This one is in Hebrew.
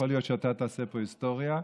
יכול להיות שאתה תעשה פה היסטוריה.